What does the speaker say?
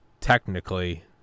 technically